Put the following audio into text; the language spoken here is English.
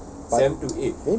oh